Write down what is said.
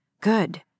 Good